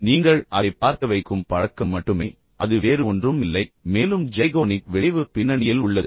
நீங்கள் அதைப் பார்க்க வைக்கும் பழக்கம் மட்டுமே அது வேறு ஒன்றும் இல்லை மேலும் ஜைகோனிக் விளைவு பின்னணியில் உள்ளது